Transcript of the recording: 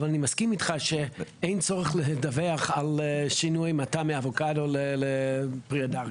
אבל אני מסכים איתך שאין צורך לדווח על שינוי מטע אבוקדו לפרי הדר.